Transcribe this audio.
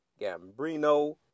Gambrino